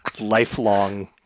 lifelong